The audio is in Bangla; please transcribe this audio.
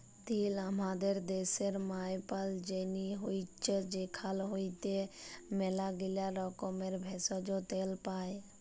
তিল হামাদের ড্যাশের মায়পাল যায়নি হৈচ্যে সেখাল হইতে ম্যালাগীলা রকমের ভেষজ, তেল পাই